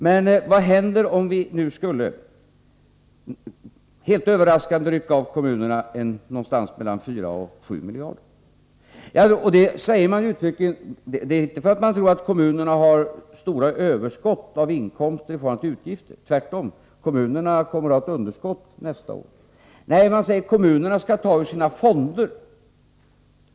Men vad händer om vi nu, helt överraskande, skulle rycka av kommunerna mellan 4 och 7 miljarder kronor? Man säger ju uttryckligen att man inte tror att kommunerna har stora överskott av inkomster i förhållande till utgifter. Tvärtom —- kommunerna kommer att ha underskott nästa år. Man säger att kommunerna skall ta ur sina fonder.